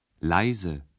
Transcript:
Leise